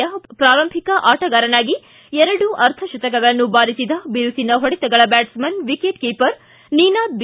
ಯ ಪ್ರಾರಂಭಿಕ ಆಟಗಾರನಾಗಿ ಎರಡು ಅರ್ಧ ಶತಕಗಳನ್ನು ಬಾರಿಸಿದ ಬಿರುಸಿನ ಹೊಡೆತಗಳ batsman wicket keeper Ninad B